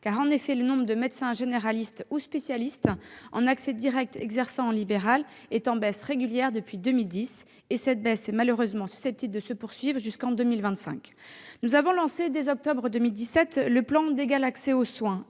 En effet, le nombre de médecins généralistes ou spécialistes en accès direct exerçant en libéral est en baisse régulière depuis 2010 ; cette baisse est malheureusement susceptible de se poursuivre jusqu'en 2025. Nous avons lancé, dès octobre 2017, le plan d'égal accès aux soins.